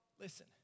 listen